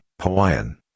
Hawaiian